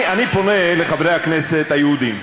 אני פונה לחברי הכנסת היהודים.